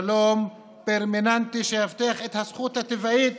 שלום פרמננטי, שיבטיח את הזכות הטבעית